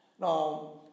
Now